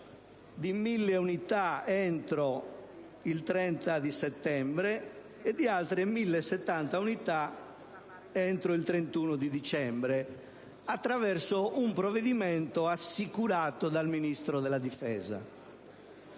di 1.000 unità entro il 30 settembre, e di altre 1.070 unità entro il 31 dicembre, attraverso un provvedimento assicurato dal Ministro della difesa.